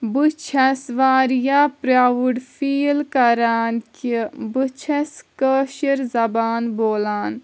بہٕ چھس واریاہ پرٛاوُڈ فیٖل کَران کہِ بہٕ چھس کٲشٕر زَبان بولان